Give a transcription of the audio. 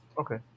Okay